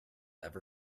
ever